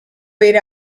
wait